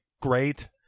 great